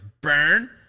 burn